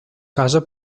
casa